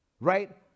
right